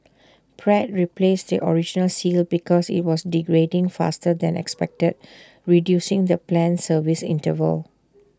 Pratt replaced the original seal because IT was degrading faster than expected reducing the planned service interval